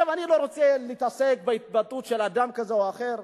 אני לא רוצה להתעסק בהתבטאות של אדם כזה או אחר.